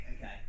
Okay